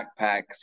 backpacks